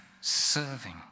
serving